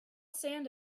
sand